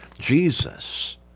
Jesus